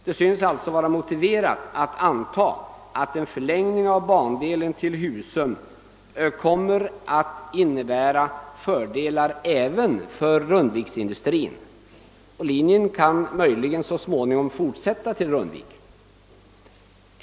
Det synes alltså vara motiverat att anta att en förlängning av bandelen till Husum kommer att innebära fördelar även för Rundviksindustrin, och linjen kan så småningom <:möjligen förlängas = till Rundvik.